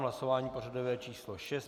Hlasování pořadové číslo 6.